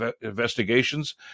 investigations